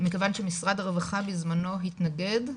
מבחינת שמשרד הרווחה בזמנו התנגד,